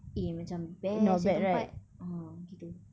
eh macam best jer tempat ah gitu